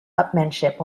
upmanship